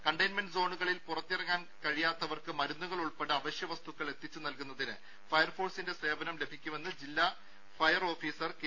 containment സോണുകളിൽ പുറത്തിറങ്ങാൻ കഴിയാത്തവർക്ക് മരുന്നുകൾ ഉൾപ്പെടെ അവശ്യവസ്തുക്കൾ എത്തിച്ചു നൽകുന്നതിന് ഫയർ ഫോഴ്സിന്റെ സേവനം ലഭിക്കുമെന്ന് ജില്ലാ ഫയർ ഓഫീസർ കെ